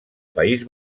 país